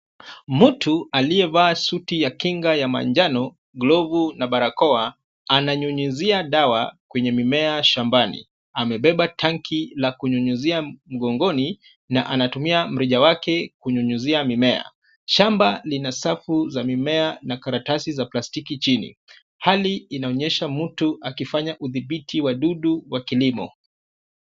Mtu aliyevaa suti ya kinga ya manjano, glovu na barakoa, ananyunyuzia dawa kwenye mimea shambani. Amebeba tanki la kunyunyuzia mgongoni na anatumia mrija wake kunyunyuzia mimea. Shamba lina safu za mimea na karatasi za plastiki chini. Hali inaonyesha mtu akifanya udhibiti wadudu wa kilimo.